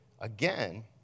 Again